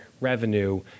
revenue